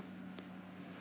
somewhere in my house